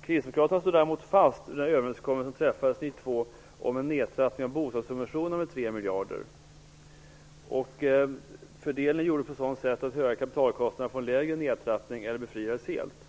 Kristdemokraterna står däremot fast vid den överenskommelse som träffades 1992 om en nedtrappning av bostadssubventionerna med 3 miljarder. Fördelningen gjordes på ett sådant sätt att höga kapitalkostnader fick en lägre nedtrappning eller befriades helt.